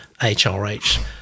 HRH